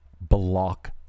block